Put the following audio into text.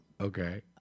Okay